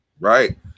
Right